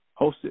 hosted